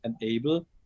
enable